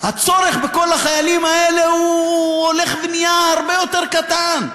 הצורך בכל החיילים האלה הולך ונהיה הרבה יותר קטן.